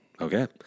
Okay